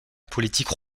politique